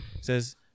says